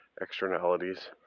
externalities